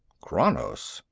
kranos?